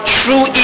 true